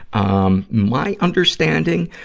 um my understanding,